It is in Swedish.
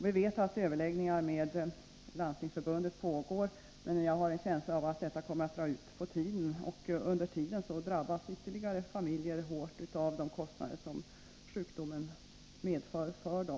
Vi vet att överläggningar med Landstingsförbundet pågår, men jag har en känsla av att dessa kommerr-att dra ut på tiden, och under den perioden drabbas ytterligare familjer hårt av de kostnader som sjukdomen medför för dem.